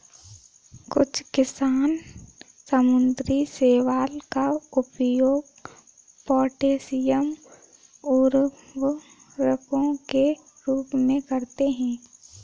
कुछ किसान समुद्री शैवाल का उपयोग पोटेशियम उर्वरकों के रूप में करते हैं